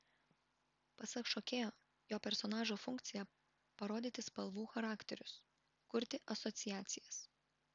pasak šokėjo jo personažo funkcija parodyti spalvų charakterius kurti asociacijas